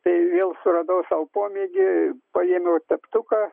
tai vėl suradau sau pomėgį paėmiau teptuką